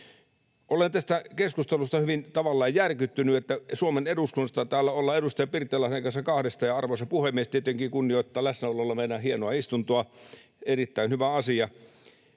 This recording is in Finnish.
Olen tästä keskustelusta tavallaan hyvin järkyttynyt. Suomen eduskunnasta täällä ollaan edustaja Pirttilahden kanssa kahdestaan — ja arvoisa puhemies tietenkin kunnioittaa läsnäolollaan meidän hienoa istuntoa, erittäin hyvä asia